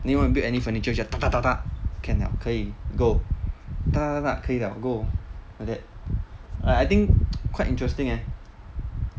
anyone want to build any furniture just can 了可以 go 可以了 go like that like I think quite interesting eh